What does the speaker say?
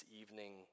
evening